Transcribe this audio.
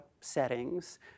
settings